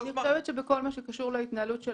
אני חושבת שבכל מה שקשור להתנהלות של